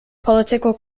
political